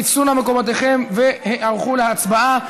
תפסו נא מקומותיהם והיערכו להצבעה.